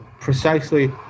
precisely